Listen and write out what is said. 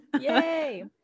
Yay